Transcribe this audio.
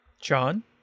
John